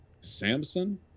Samson